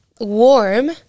warm